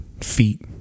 feet